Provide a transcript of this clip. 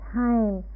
time